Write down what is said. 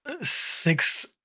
Six